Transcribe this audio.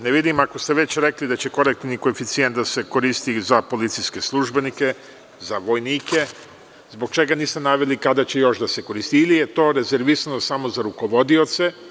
Ne vidim, ako ste već rekli, da će korektivni koeficijent da se koristi za policijske službenike, za vojnike, zbog čega niste naveli kada će još da se koristi, ili je to rezervisano samo za rukovodioce.